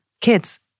kids